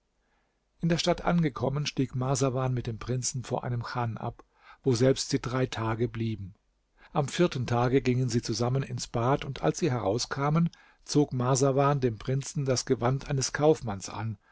in der stadt angekommen stieg marsawan mit dem prinzen vor einem chan ab woselbst sie drei tage blieben am vierten tage gingen sie zusammen ins bad und als sie herauskamen zog marsawan dem prinzen das gewand eines kaufmanns an